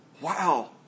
wow